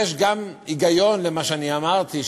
יש גם היגיון במה שאני אמרתי,